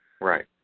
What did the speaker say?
Right